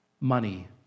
money